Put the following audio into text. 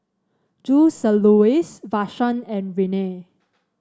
Joseluis Vashon and Renea